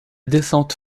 descente